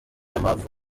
amavu